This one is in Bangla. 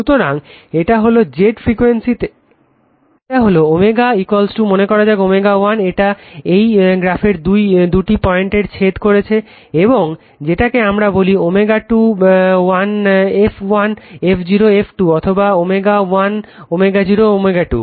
সুতরাং এটা হলো Z ফ্রিকুয়েন্সিতে এটা হলো ω মনে করা যাক ω 1 এটা এই গ্রাফের দুটি পয়েন্টে ছেদ করছে এবং এটা যেটাকে আমরা বলি ω21 f 1 f 0 f 2 অথবা ω 1 ω0 ω2